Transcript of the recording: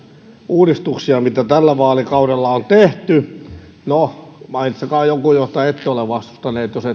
uudistuksia mitä tällä vaalikaudella on tehty no mainitkaa joku jota ette ole vastustaneet